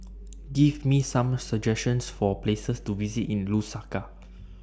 Give Me Some suggestions For Places to visit in Lusaka